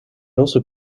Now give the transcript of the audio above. also